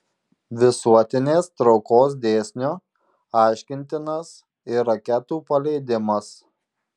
visuotinės traukos dėsniu aiškintinas ir raketų paleidimas